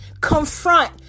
confront